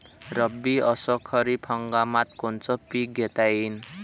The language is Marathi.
रब्बी अस खरीप हंगामात कोनचे पिकं घेता येईन?